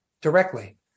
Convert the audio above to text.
directly